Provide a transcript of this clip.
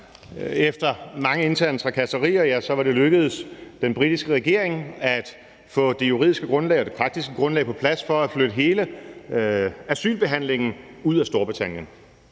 Efter mange interne trakasserier var det lykkedes den britiske regering at få det juridiske grundlag og det praktiske grundlag på plads for at flytte hele asylbehandlingen ud af Storbritannien.